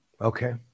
okay